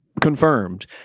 confirmed